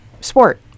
sport